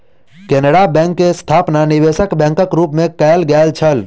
Canara bank के स्थापना निवेशक बैंकक रूप मे कयल गेल छल